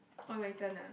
oh my turn ah